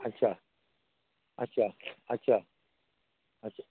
अच्छा अच्छा अच्छा अच्छा